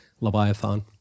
Leviathan